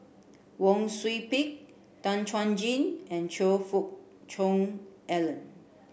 Wang Sui Pick Tan Chuan Jin and Choe Fook Cheong Alan